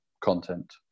content